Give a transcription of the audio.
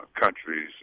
countries